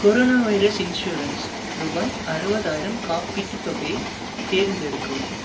corona virus insurance ருபாய் அறுபதாயிரம் காப்பீட்டுத் தொகையை தேர்ந்தெடுக்கவும்